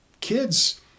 kids